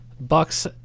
Bucks